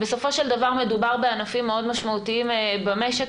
בסופו של דבר מדובר בענפים מאוד משמעותיים במשק,